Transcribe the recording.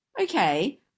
okay